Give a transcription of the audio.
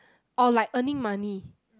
or like earning money